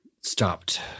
stopped